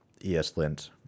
ESLint